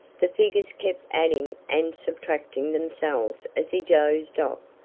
the figures kept adding and subtracting themselves as he dozed off,